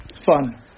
fun